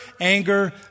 anger